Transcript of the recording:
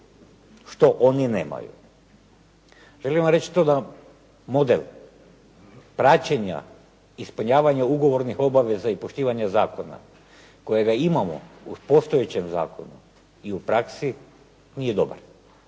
što oni nemaju. Želim vam reći to da model praćenja ispunjavanja ugovornih obaveza i poštivanje zakona kojega imamo u postojećem zakonu i u praksi nije dobar,